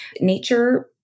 Nature